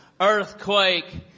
earthquake